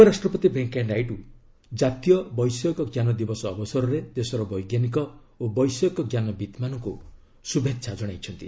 ଉପରାଷ୍ଟ୍ରପତି ଭେଙ୍କେୟା ନାଇଡୁ ଜାତୀୟ ବୈଷୟିକ ଜ୍ଞାନ ଦିବସ ଅବସରରେ ଦେଶର ବୈଜ୍ଞାନିକ ଓ ବୈଷୟିକ ଜ୍ଞାନବିତ୍ ମାନଙ୍କୁ ଶୁଭେଚ୍ଛା ଜଣାଇଛନ୍ତି